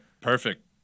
Perfect